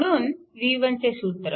म्हणून v1 चे सूत्र